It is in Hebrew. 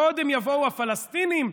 קודם יבואו הפלסטינים,